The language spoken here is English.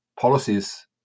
policies